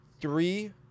three